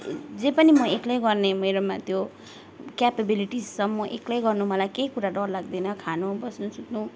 जे पनि म एक्लै गर्ने मेरोमा त्यो क्यापेबिलिटिस छ म एक्लै गर्नु मलाई केही कुरा डर लाग्दैन खानु बस्नु सुत्नु